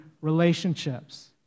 relationships